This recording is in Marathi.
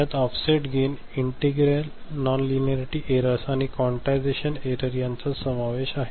यात offset gain integral nonlinearity errors आणि क्वान्टायझेशन एरर यांचा समावेश आहे